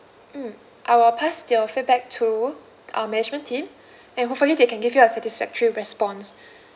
mm I will pass your feedback to our management team and hopefully they can give you a satisfactory response